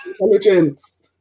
intelligence